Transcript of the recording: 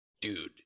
dude